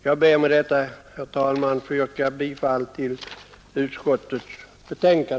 Jag ber med detta, herr talman, att få yrka bifall till utskottets hemställan.